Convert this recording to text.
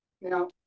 Now